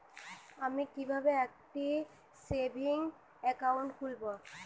আমি কিভাবে একটি সেভিংস অ্যাকাউন্ট খুলব?